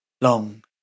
long